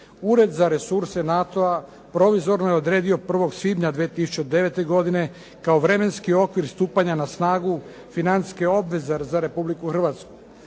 Ured za resurse NATO-a provizorno je odredio 1. svibnja 2009. godine kao vremenski okvir stupanja na snagu financijske obveze za Republiku Hrvatsku.